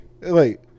wait